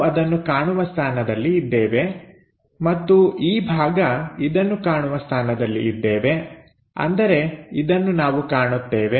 ನಾವು ಅದನ್ನು ಕಾಣುವ ಸ್ಥಾನದಲ್ಲಿ ಇದ್ದೇವೆ ಮತ್ತು ಈ ಭಾಗ ಇದನ್ನು ಕಾಣುವ ಸ್ಥಾನದಲ್ಲಿ ಇದ್ದೇವೆ ಅಂದರೆ ಇದನ್ನು ನಾವು ಕಾಣುತ್ತೇವೆ